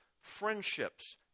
friendships